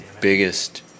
biggest